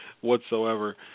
whatsoever